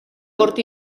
cort